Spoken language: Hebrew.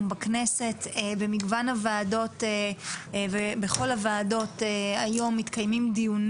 בכנסת במגוון הועדות ובכל הועדות היום מתקיימים דיונים